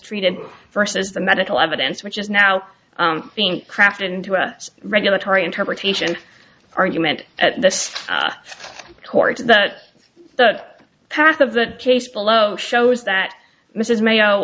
treated versus the medical evidence which is now being crafted into us regulatory interpretation argument at this court is that the path of the case below shows that mrs mayo